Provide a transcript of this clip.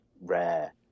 rare